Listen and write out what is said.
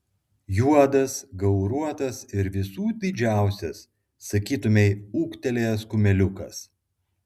juodas gauruotas ir visų didžiausias sakytumei ūgtelėjęs kumeliukas